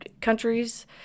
countries